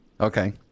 Okay